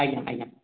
ଆଜ୍ଞା ଆଜ୍ଞା